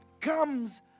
comes